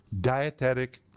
dietetic